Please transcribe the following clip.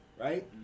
right